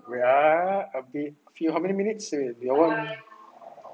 wait ah okay few how many minutes still have your [one]